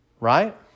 Right